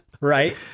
right